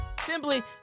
simply